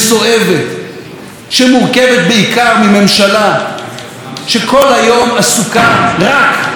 שמורכבת בעיקר מממשלה שכל היום עסוקה רק בעצמה,